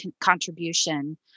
contribution